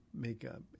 makeup